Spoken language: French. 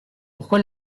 pourquoi